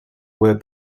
were